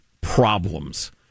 problems